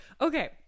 okay